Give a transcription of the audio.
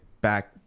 back